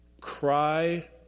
cry